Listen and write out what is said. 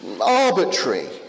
arbitrary